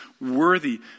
worthy